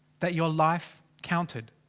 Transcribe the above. that your life counted.